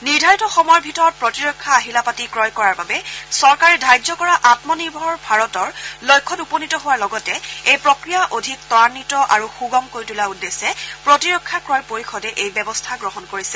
নিৰ্ধাৰিত সময়ৰ ভিতৰত প্ৰতিৰক্ষা আহিলাপাতি ক্ৰয় কৰাৰ বাবে চৰকাৰে ধাৰ্য্য কৰা আমনিৰ্ভৰ ভাৰতৰ লক্ষ্যত উপনীত হোৱাৰ লগতে এই প্ৰক্ৰিয়া অধিক ত্ৰান্নিত আৰু সুগম কৰি তোলাৰ উদ্দেশ্যে প্ৰতিৰক্ষা ক্ৰয় পৰিষদে এই ব্যৱস্থা গ্ৰহণ কৰিছে